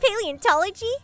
paleontology